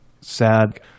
sad